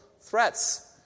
threats